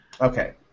Okay